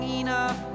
enough